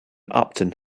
upton